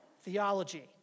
theology